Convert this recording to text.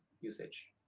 usage